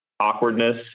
awkwardness